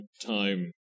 time